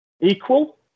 Equal